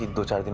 but.